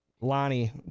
Lonnie